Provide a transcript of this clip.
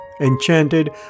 enchanted